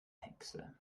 hexe